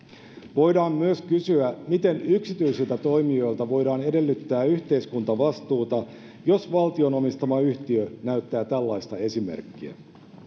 voidaan myös kysyä miten yksityisiltä toimijoilta voidaan edellyttää yhteiskuntavastuuta jos valtion omistama yhtiö näyttää tällaista esimerkkiä